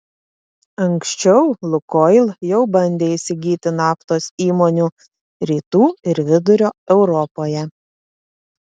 anksčiau lukoil jau bandė įsigyti naftos įmonių rytų ir vidurio europoje